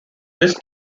this